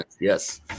Yes